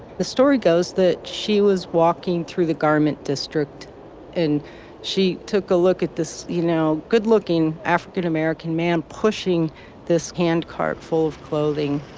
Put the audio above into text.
the story goes that she was walking through the garment district and she took a look at this, you know, good looking african-american man pushing this hand cart full of clothing